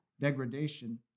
degradation